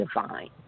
divine